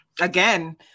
Again